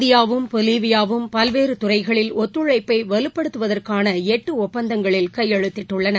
இந்தியாவும் பொலிவியாவும் பல்வேறுத்துறைகளில் ஒத்துழைப்பை வலுப்படுத்துவதற்கான எட்டு ஒப்பந்தங்களில் கையெழுத்திட்டுள்ளன